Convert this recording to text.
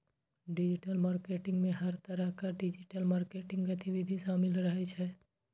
digital marketing मे हर तरहक डिजिटल मार्केटिंग गतिविधि शामिल रहै छै